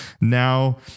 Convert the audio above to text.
now